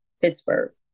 Pittsburgh